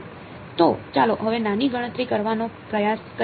તો ચાલો હવે આની ગણતરી કરવાનો પ્રયાસ કરીએ